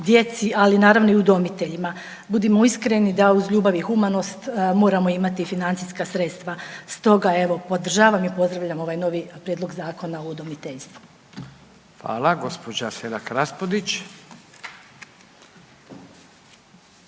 djeci, ali naravno i udomiteljima. Budimo iskreni da uz ljubav i humanost moramo imati i financijska sredstva. Stoga evo podržavam i pozdravljam ovaj novi prijedlog Zakona o udomiteljstvu. **Radin, Furio (Nezavisni)**